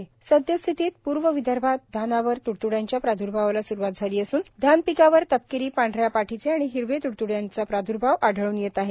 धान तुडतुडे सदयास्थितीत पूर्व विदर्भात धानावर तुडतुड्यांच्या प्रादर्भावास सुरुवात झाली असून धान पिकावर तपकिरी पांढऱ्या पाठीचे आणि हिरवे तुडतुड्यांचा प्रादुर्भाव आढळून येत आहे